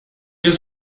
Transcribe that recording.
has